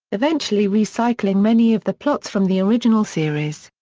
eventually recycling many of the plots from the original series.